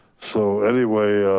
so anyway,